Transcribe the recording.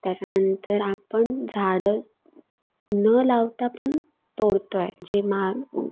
त्याच्यानंतर आपण झाडं न लावता पण तोडतो आहे जी मा